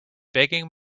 begging